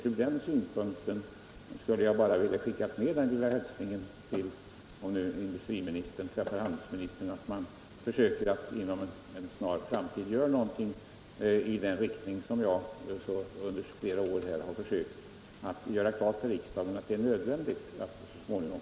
Ur den synpunkten skulle jag vilja skicka med en liten hälsning - om industriministern nu träffar handelsministern — att man inom en snar framtid vidtar åtgärder av det slag som jag under flera år försökt göra klart för riksdagen är nödvändiga.